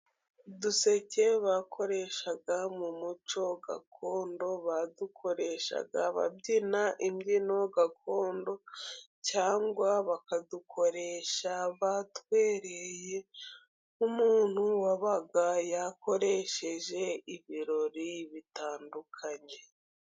Uduseke bakoreshaga, mu muco gakondo badukoreshaga babyina imbyino gakondo cyangwa bakadukoresha batwereye nk'umuntu wabaga yakoresheje ibirori bitandukanye.